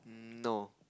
no